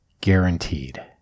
guaranteed